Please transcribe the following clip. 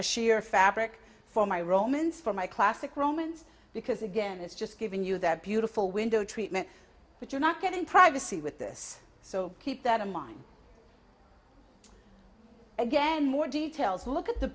a sheer fabric for my romans for my classic romans because again it's just giving you that beautiful window treatment but you're not getting privacy with this so keep that in mind again more details look at the